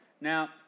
Now